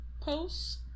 posts